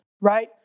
right